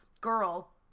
girl